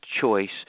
choice